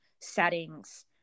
Settings